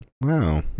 Wow